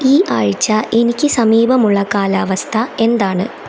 ഈ ആഴ്ച എനിക്ക് സമീപമുള്ള കാലാവസ്ഥ എന്താണ്